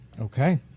Okay